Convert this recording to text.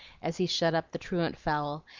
as he shut up the truant fowl,